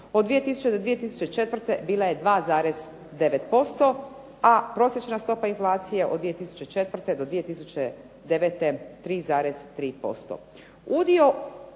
od 2000. do 2004. bila je 2,9% a prosječna stopa inflacije od 2004. do 2009. 3,3%.